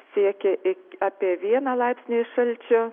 siekė apie vieną laipsnį šalčio